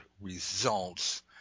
results